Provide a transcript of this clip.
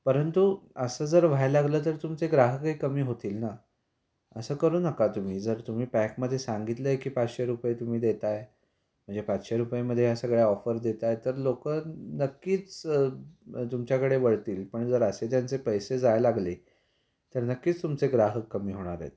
परंतु असं जर व्हायला लागलं तर तुमचे ग्राहकही कमी होतील ना असं करू नका तुम्ही जर तुमी पॅकमध्ये सांगितलं आहे की पाचशे रुपये तुमी देताय म्हणजे पाचशे रुपयेमधे हे सगळ्या ऑफर देताय तर लोकं नक्कीच तुमच्याकडे वळतील पण जर असे त्यांचे पैसे जाय लागले तर नक्कीच तुमचे ग्राहक कमी होणार आहेत